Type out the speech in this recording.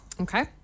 Okay